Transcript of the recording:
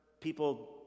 people